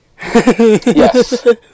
Yes